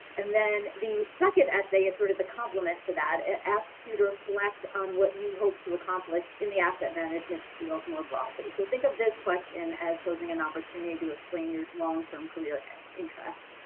and then the second essay is sort of the compliment to that. it asks you to reflect on what you hope to accomplish in the asset management field more broadly. so think of this question as posing an opportunity and to explain your long-term career interests.